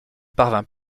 parvint